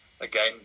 again